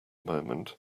moment